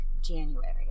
January